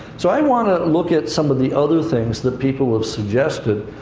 so i want to look at some of the other things that people have suggested,